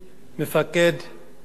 אדם, מנהיג,